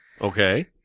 Okay